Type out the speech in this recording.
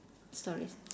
stories